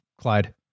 Clyde